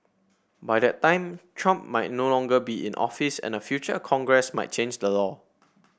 by the time Trump might no longer be in office and a future Congress might change the law